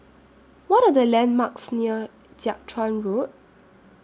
What Are The landmarks near Jiak Chuan Road